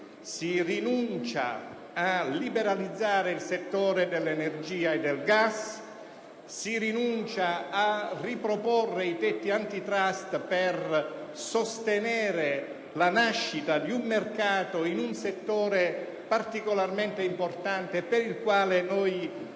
Si rinuncia a liberalizzare il settore dell'energia e del gas, a riproporre i tetti *antitrust* per sostenere la nascita di un mercato in un settore particolarmente importante, nel quale registriamo